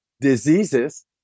diseases